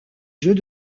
jeux